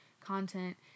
content